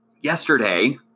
yesterday